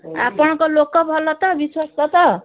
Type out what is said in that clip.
ଆପଣଙ୍କ ଲୋକ ଭଲ ତ ବିଶ୍ଵସ୍ତ ତ